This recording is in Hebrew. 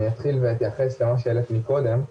אני אתחיל ואתייחס למה שהעליתם קודם.